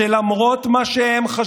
בזמן שאנשים עם מקררים ריקים בבית, בזמן שיש